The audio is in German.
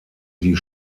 die